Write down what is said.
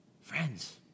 Friends